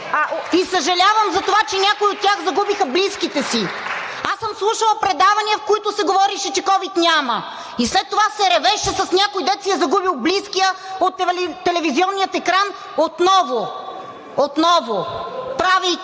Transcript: Съжалявам за това, че някои от тях загубиха близките си. Аз съм слушала предавания, в които се говореше, че ковид няма и след това се ревеше с някой, дето си е загубил близкия, от телевизионния екран отново, отново, правейки